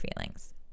feelings